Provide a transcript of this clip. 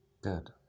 good